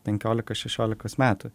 penkiolikos šešiolikos metų